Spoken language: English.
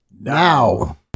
now